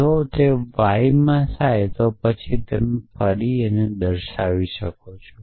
જો ચલ y માં થાય છે તો પછી તમે નિષ્ફળ થશો